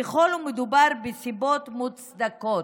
ככל שמדובר בסיבות מוצדקות.